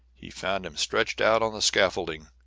he found him stretched out on the scaffolding,